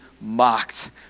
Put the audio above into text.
mocked